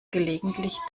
gelegentlich